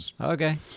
Okay